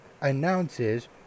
announces